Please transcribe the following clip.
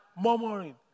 murmuring